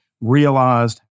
realized